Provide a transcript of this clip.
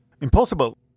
impossible